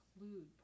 include